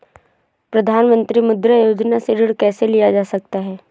प्रधानमंत्री मुद्रा योजना से ऋण कैसे लिया जा सकता है?